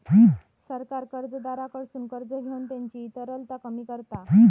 सरकार कर्जदाराकडसून कर्ज घेऊन त्यांची तरलता कमी करता